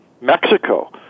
Mexico